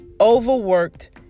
overworked